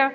ha